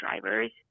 drivers